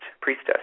priestess